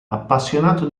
appassionato